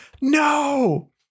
no